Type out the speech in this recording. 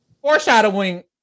Foreshadowing